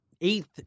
eighth